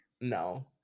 no